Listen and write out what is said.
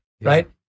right